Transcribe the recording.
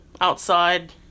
outside